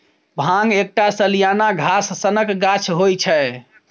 भांग एकटा सलियाना घास सनक गाछ होइ छै